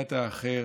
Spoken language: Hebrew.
בראיית האחר,